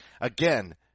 again